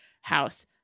house